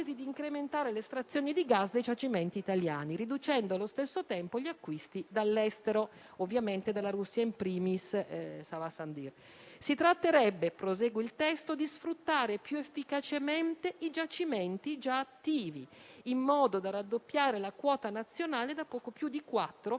Si tratterebbe - prosegue il testo - di sfruttare più efficacemente i giacimenti già attivi, in modo da raddoppiare la quota nazionale da poco più di 4